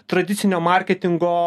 tradicinio marketingo